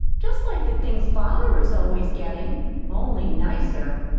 just like the things father is always getting only nicer.